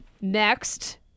next